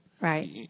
Right